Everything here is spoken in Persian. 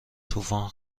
طوفان